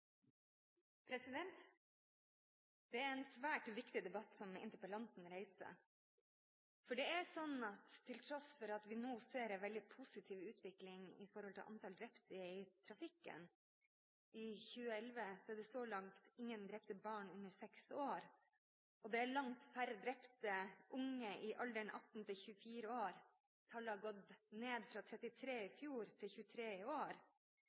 en svært viktig debatt som interpellanten reiser. Til tross for at vi nå ser en veldig positiv utvikling når det gjelder antall drepte i trafikken i 2011 – det er så langt ingen drepte barn under seks år, det er langt færre drepte unge i alderen 18–24 år, tallet har gått ned fra 33 i fjor til 23 i år